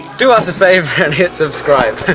do us a favor and hit subscribe!